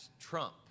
trump